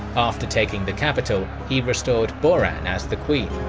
after taking the capital he restored boran as the queen.